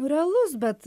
realus bet